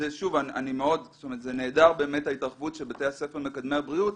זה נהדר באמת ההתרחבות של בתי הספר מקדמי הבריאות,